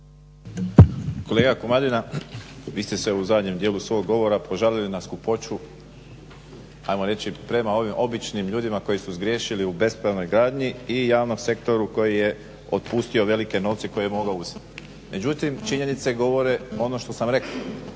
Kolega Komadina, vi ste se u zadnjem dijelu svog govora požalili na skupoću ajmo reći prema ovim običnim ljudima koji su zgriješili u bespravnoj gradnji i javnom sektoru koji je otpustio velike novce koje je mogao uzeti. Međutim činjenice govore ono što sam rekao,